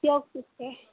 দিয়ক পিছে